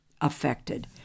affected